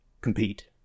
compete